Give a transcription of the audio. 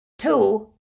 Two